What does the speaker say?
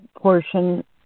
portion